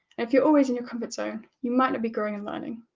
if you're always in your comfort zone, you might not be growing and learning.